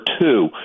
two